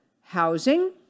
housing